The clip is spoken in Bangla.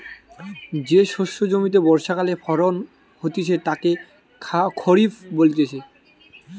যে শস্য জমিতে বর্ষাকালে ফলন হতিছে তাকে খরিফ বলতিছে